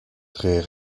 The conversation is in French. très